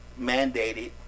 mandated